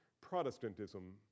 Protestantism